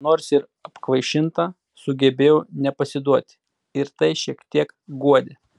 nors ir apkvaišinta sugebėjau nepasiduoti ir tai šiek tiek guodė